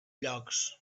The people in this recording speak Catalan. llocs